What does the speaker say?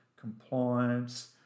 Compliance